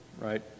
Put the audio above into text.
right